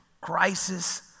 crisis